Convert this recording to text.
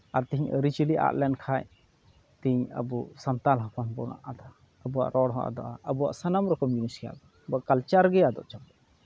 ᱟᱨ ᱛᱮᱦᱤᱧ ᱟᱹᱨᱤᱪᱟᱹᱞᱤ ᱟᱫ ᱞᱮᱱᱠᱷᱟᱡ ᱛᱮᱦᱤᱧ ᱟᱵᱚ ᱥᱟᱱᱛᱟᱲ ᱦᱚᱯᱚᱱ ᱵᱚᱱ ᱟᱫᱼᱟ ᱟᱵᱚᱣᱟᱜ ᱨᱚᱲ ᱦᱚᱸ ᱟᱫᱚᱜᱼᱟ ᱟᱵᱚᱣᱟᱜ ᱥᱟᱱᱟᱢ ᱨᱚᱠᱚᱢ ᱡᱤᱱᱤᱥ ᱜᱮ ᱟᱫᱚᱜᱼᱟ ᱟᱵᱚᱣᱟᱜ ᱠᱟᱞᱪᱟᱨ ᱜᱮ ᱟᱫᱚᱜ ᱪᱟᱵᱟᱜᱼᱟ